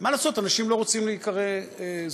מה לעשות, אנשים לא רוצים להיקרא זקנים.